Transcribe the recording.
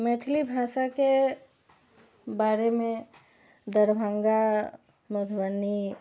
मैथिली भाषाके बारेमे दरभंगा मधुबनी